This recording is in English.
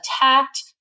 attacked